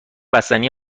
بستنی